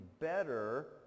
better